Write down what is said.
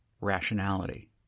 rationality